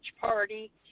party